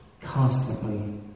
constantly